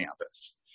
campus